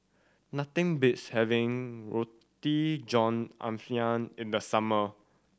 nothing beats having Roti John Ayam in the summer